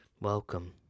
Welcome